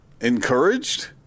encouraged